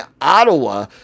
Ottawa